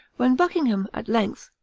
when buckingham, at length,